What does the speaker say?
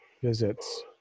visits